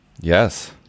Yes